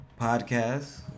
Podcast